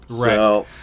Right